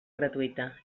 gratuïta